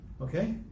Okay